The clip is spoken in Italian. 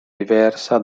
diversa